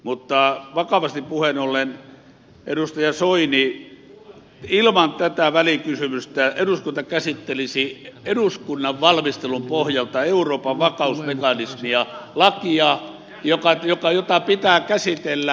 mutta vakavasti puheen ollen edustaja soini ilman tätä välikysymystä eduskunta käsittelisi eduskunnan valmistelun pohjalta euroopan vakausmekanismia lakia jota pitää käsitellä